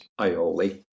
aioli